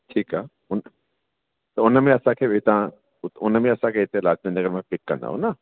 ठीकु आहे त उन में असांखे बि तव्हां उन में असांखे हिते लाजपत नगर में पिक कंदो न